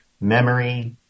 memory